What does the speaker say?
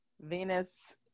Venus